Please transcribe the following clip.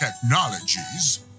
technologies